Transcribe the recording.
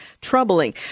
troubling